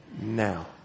now